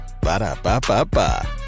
Ba-da-ba-ba-ba